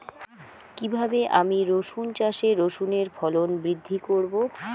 কীভাবে আমি রসুন চাষে রসুনের ফলন বৃদ্ধি করব?